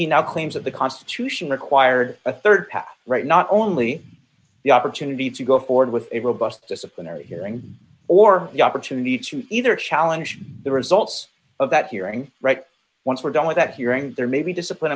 now claims that the constitution required a rd path right not only the opportunity to go forward with a robust disciplinary hearing or the opportunity to either challenge the results of that hearing right once we're done with that hearing there may be discipline